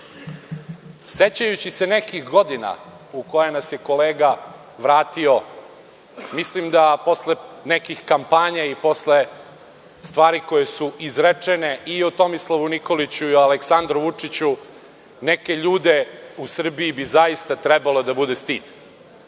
interesa.Sećajući se nekih godina u koje nas je kolega vratio, mislim da posle nekih kampanja i posle stvari koje su izrečene i o Tomislavu Nikoliću, i o Aleksandru Vučiću, neke ljude u Srbiji bi zaista trebalo da bude stid.